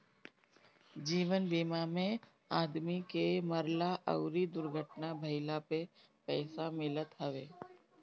जीवन बीमा में आदमी के मरला अउरी दुर्घटना भईला पे पईसा मिलत हवे